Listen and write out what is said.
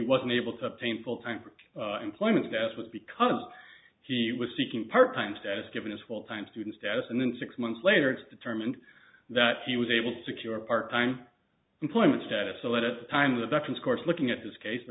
unable to obtain full time employment status was because he was seeking part time status given his full time student status and then six months later it's determined that he was able to secure a part time employment status so that at the time of the veterans course looking at his case the